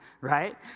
right